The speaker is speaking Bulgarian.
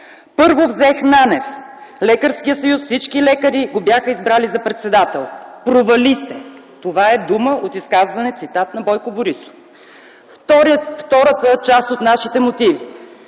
„Първо взех Нанев, Лекарският съюз, всички лекари го бяха избрали за председател – провали се!” Това е дума от изказване цитат на Бойко Борисов. Втората част от нашите мотиви: